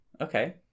Okay